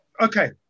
okay